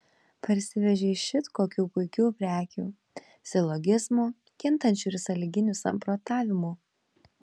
parsivežei šit kokių puikių prekių silogizmų kintančių ir sąlyginių samprotavimų